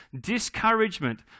discouragement